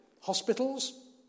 Hospitals